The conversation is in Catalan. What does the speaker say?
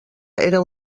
era